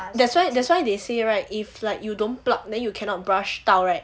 that's why that's why they say right if like you don't plug then you cannot brush 到 right